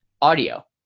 audio